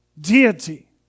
deity